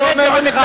הוא לא אומר לך.